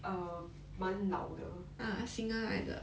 err 蛮老的